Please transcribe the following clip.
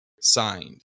signed